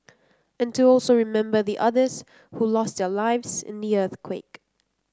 and to also remember the others who lost their lives in the earthquake